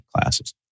classes